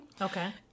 Okay